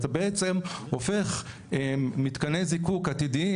אתה בעצם הופך מתקני זיקוק עתידיים,